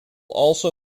also